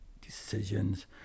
decisions